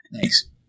Thanks